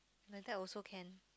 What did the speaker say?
like that also can